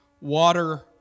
water